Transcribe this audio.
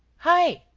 hi.